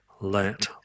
let